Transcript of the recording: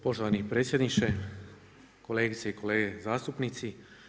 Poštovani predsjedniče, kolegice i kolege zastupnici.